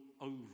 over